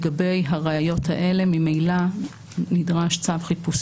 לגבי הראיות האלה ממילא נדרש צו חיפוש,